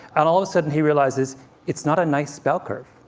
and all of a sudden he realizes it's not a nice bell curve.